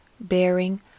bearing